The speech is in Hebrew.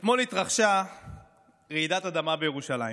אתמול התרחשה רעידת אדמה בירושלים.